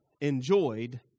enjoyed